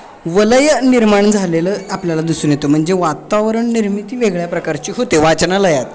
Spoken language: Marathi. वलय निर्माण झालेलं आपल्याला दिसून येतं म्हणजे वातावरण निर्मिती वेगळ्या प्रकारची होते वाचनालयात